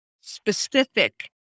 specific